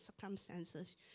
circumstances